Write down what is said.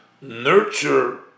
nurture